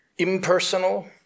Impersonal